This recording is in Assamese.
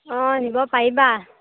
অঁ নিব পাৰিবা